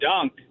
dunk